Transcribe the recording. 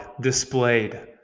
displayed